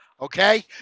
okay